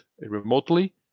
remotely